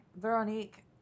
Veronique